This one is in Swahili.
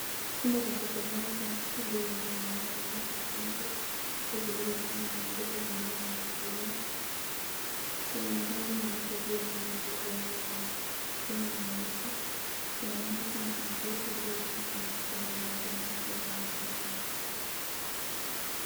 Chumba cha kusomea, kuna kitu iliyo nje nya mlango moja, kuna mlango, vitu vilivyofungwa na madirisha zingine zimefunguliwa. Kuna rangi nyeupe juu ya meza zilizoegemea, chuma nyeusi, kuna nyasi na kuna paipu iliyo chini ya nyasi mbele ya jumba hilo la mabati nyekundu.